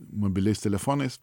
mobiliais telefonais